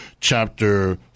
chapter